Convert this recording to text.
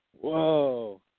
Whoa